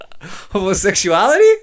Homosexuality